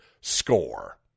SCORE